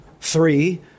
three